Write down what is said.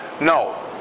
No